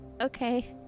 Okay